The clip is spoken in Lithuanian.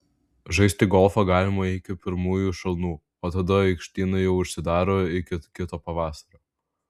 žaisti golfą galima iki pirmųjų šalnų o tada aikštynai jau užsidaro iki kito pavasario